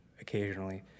occasionally